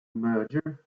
merger